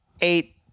eight